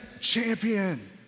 champion